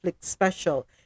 special